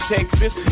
Texas